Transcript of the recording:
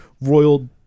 royal